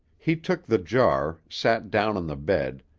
he took the jar, sat down on the bed,